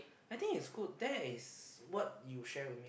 I think is good that is what you share with me